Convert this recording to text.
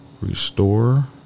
Restore